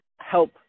help